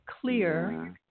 clear